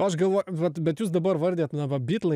aš galvoju vat bet jūs dabar vardijat na va bitlai